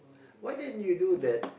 why didn't you do that